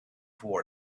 toward